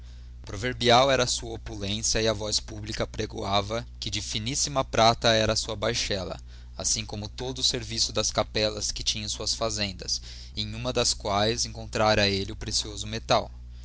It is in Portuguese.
proverbial era a sua opulência e a voz publica apregoava que de flnissima prata era a sua baixela assim como todo o serviço das capellas que tinha em suas fazendas e em uma das quaes encontrara elle o precioso metal